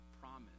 promise